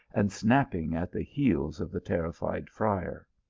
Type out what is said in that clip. and snapping at the heels of the terrified friar.